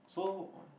so oh